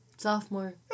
Sophomore